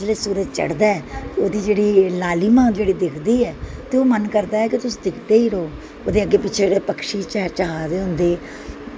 जेह्ड़ा सूरज चढ़दा ऐ ओह्दी जेह्ड़ी लालिमा जेह्ड़ी ओह् दिक्खदी ऐ ते ओह् मन करदा ऐ कि तुस दिक्खदे गै र'वो ओह्दे अग्गें पिच्छें जेह्ड़े पक्षी चैह् चैहा दे होंदे